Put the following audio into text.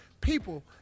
people